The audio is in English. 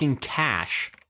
Cash